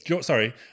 Sorry